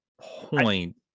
point